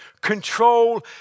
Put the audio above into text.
control